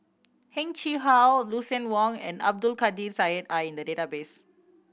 Heng Chee How Lucien Wang and Abdul Kadir Syed are in the database